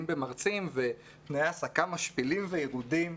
במרצים" ו"תנאי העסקה משפילים וירודים".